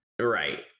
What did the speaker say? Right